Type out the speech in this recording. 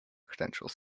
credentials